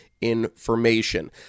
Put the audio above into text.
information